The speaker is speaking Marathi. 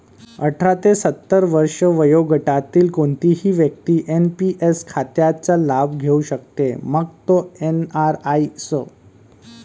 अठरा ते सत्तर वर्षे वयोगटातील कोणतीही व्यक्ती एन.पी.एस खात्याचा लाभ घेऊ शकते, मग तो एन.आर.आई असो